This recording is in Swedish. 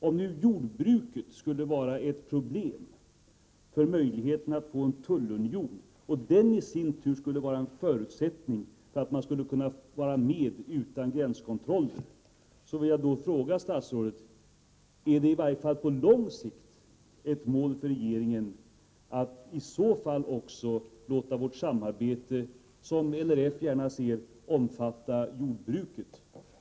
Om nu jordbruket skulle vara ett problem när det gäller möjligheterna att få en tullunion, och den i sin tur skulle vara en förutsättning för att man skulle kunna vara med utan gränskontroller, så vill jag fråga statsrådet: Är det i varje fall på lång sikt ett mål för regeringen att också låta vårt samarbete, som LRF gärna ser, omfatta jordbruket?